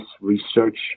research